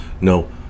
no